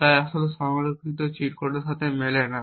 এবং তাই সংরক্ষিত চিট কোডের সাথে মেলে না